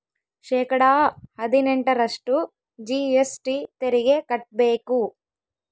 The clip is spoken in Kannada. ಶೇಕಡಾ ಹದಿನೆಂಟರಷ್ಟು ಜಿ.ಎಸ್.ಟಿ ತೆರಿಗೆ ಕಟ್ಟ್ಬೇಕು